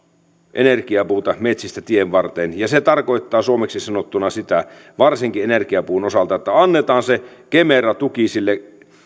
energiapuuta metsistä tienvarteen se tarkoittaa suomeksi sanottuna sitä varsinkin energiapuun osalta että annetaan se kemera tuki sille